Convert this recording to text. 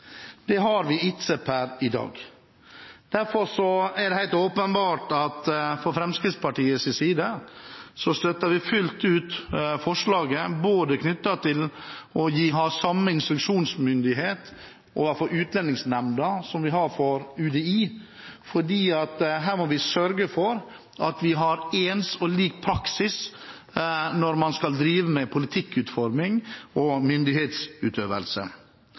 Det har vi ikke per i dag. Derfor støtter vi fra Fremskrittspartiets side fullt ut forslaget om å ha samme instruksjonsmyndighet overfor Utlendingsnemnda som vi har overfor UDI, for her må vi sørge for at vi har ens praksis når vi skal drive med politikkutforming og myndighetsutøvelse.